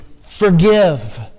forgive